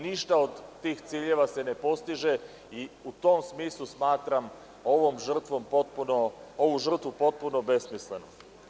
Ništa od tih ciljeva se ne postiže i u tom smislu smatram ovu žrtvu potpuno besmislenom.